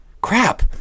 Crap